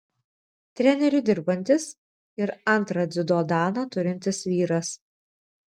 treneriu dirbantis ir antrą dziudo daną turintis vyras